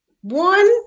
one